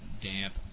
damp